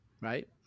Right